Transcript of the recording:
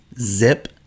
Zip